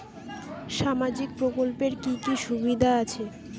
সামাজিক প্রকল্পের কি কি সুবিধা আছে?